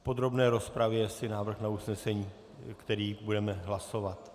V podrobné rozpravě návrh na usnesení, který budeme hlasovat.